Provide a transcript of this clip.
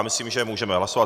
Myslím, že můžeme hlasovat.